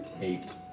Eight